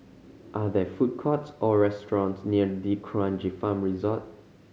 are there food courts or restaurants near D'Kranji Farm Resort